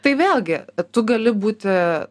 tai vėlgi tu gali būti